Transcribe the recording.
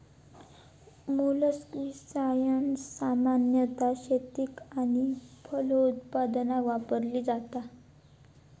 मोलस्किसाड्स सामान्यतः शेतीक आणि फलोत्पादन वापरली जातत